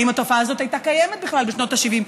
האם התופעה הזאת הייתה קיימת בכלל בשנות ה-70?